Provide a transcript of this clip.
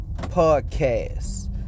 Podcast